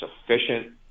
sufficient